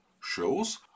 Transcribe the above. shows